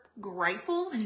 Grateful